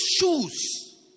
shoes